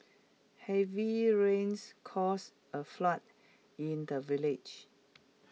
heavy rains caused A flood in the village